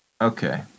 Okay